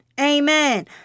Amen